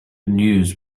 news